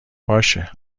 باشه